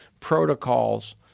protocols